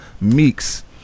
Meeks